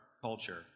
culture